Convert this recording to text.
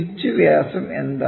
pitch വ്യാസം vഎന്താണ്